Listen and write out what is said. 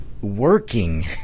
working